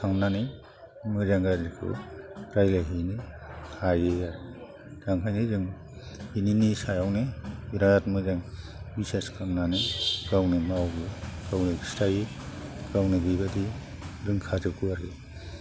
थांनानै मोजां गाज्रिखौ रायलायहैनो हायो आरो दा ओंखायनो जों बिनि सायावनो बेराद मोजां बिसास खालामनानै गावनो मावो गावनो खिथायो गावनो बिबादि रोंखाजोबगौ आरो